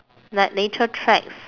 like nature tracks